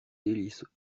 délices